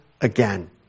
again